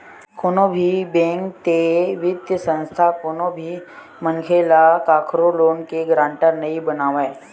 कोनो भी बेंक ते बित्तीय संस्था कोनो भी मनखे ल कखरो लोन के गारंटर नइ बनावय